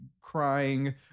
crying